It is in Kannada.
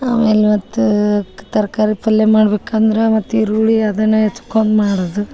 ಆಮೇಲೆ ಮತ್ತೆ ತರಕಾರಿ ಪಲ್ಲೆ ಮಾಡ್ಬೇಕು ಅಂದ್ರ ಮತ್ತೆ ಈರುಳ್ಳಿ ಅದನ್ನ ಹೆಚ್ಕೊಂದ್ ಮಾಡದು